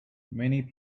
many